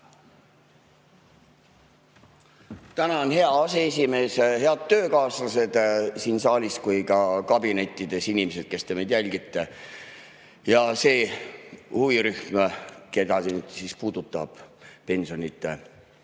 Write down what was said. Tänan, hea aseesimees! Head töökaaslased nii siin saalis kui ka kabinettides! Inimesed, kes te meid jälgite! Ja see huvirühm, keda puudutab see pensionide